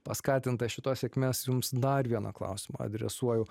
paskatinta šitos sėkmės jums dar vieną klausimą adresuoju